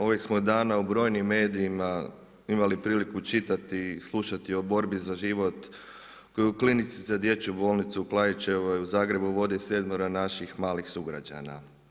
Ovih smo dana u brojim medijima imali priliku čitati, slušati o borbi za život koji u Klinici za dječje bolesti u Klaićevoj u Zagrebu vodi sedmero naših malih sugrađana.